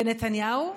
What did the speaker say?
ונתניהו?